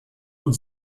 und